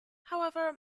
however